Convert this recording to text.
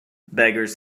beggars